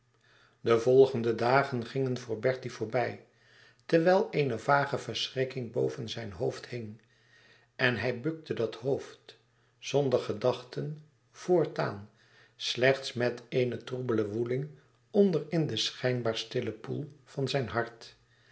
de volgende dagen gingen voor bertie voorbij terwijl eene vage verschrikking boven zijn hoofd hing en hij bukte dat hoofd zonder gedachten voortaan slechts met eene troebele woeling onder in den schijnbaar stillen poel van zijn hart